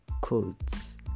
quotes